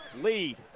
lead